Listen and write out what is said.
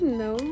no